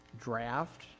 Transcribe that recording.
draft